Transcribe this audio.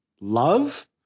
love